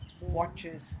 watches